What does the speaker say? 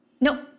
nope